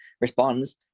responds